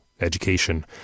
education